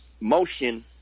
motion